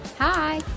hi